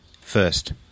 first